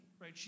right